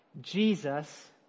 Jesus